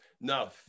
No